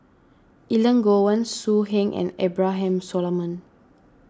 Elangovan So Heng and Abraham Solomon